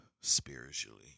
spiritually